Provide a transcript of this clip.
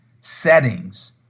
settings